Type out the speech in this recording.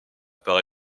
parts